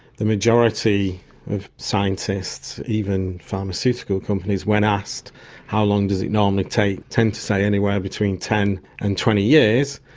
the majority of scientists, even pharmaceutical companies, when asked how long does it normally take, tend to say anywhere between ten and twenty years,